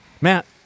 Matt